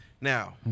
now